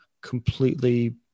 completely